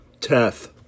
Teth